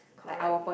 correct